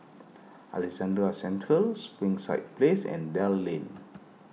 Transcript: Alexandra a Central Springside Place and Dell Lane